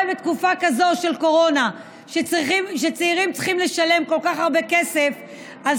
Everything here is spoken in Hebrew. תחשבו על זה ש-17% מע"מ ממחיר הדירה יורד לזוגות צעירים.